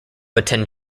attend